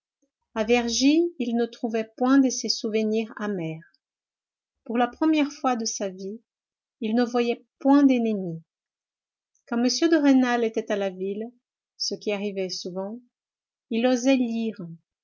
a vergy il ne trouvait point de ces souvenirs amers pour la première fois de sa vie il ne voyait point d'ennemi quand m de rênal était à la ville ce qui arrivait souvent il osait lire